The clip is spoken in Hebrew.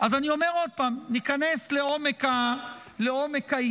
עוד פעם, ניכנס לעומק העניין,